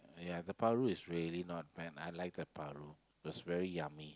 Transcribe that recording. ya the paru is really not bad I like the paru it was very yummy